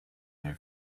their